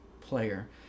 player